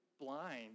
blind